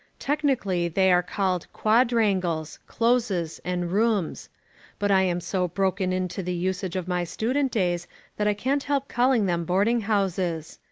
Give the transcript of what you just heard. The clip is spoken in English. technically they are called quadrangles, closes and rooms but i am so broken in to the usage of my student days that i can't help calling them boarding houses.